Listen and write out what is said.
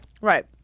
Right